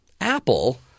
Apple